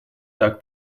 так